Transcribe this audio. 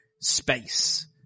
space